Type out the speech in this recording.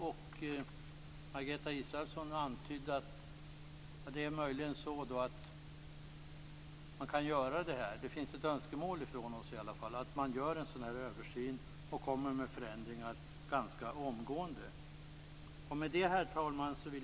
Margareta Israelsson antydde att man möjligen kan göra det här. Vi har i alla fall ett önskemål om att man gör en sådan översyn och kommer med förslag till förändringar ganska omgående. Herr talman!